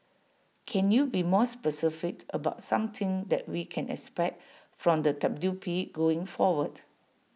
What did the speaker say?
can you be more specific about something that we can expect from the W P going forward